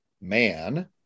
man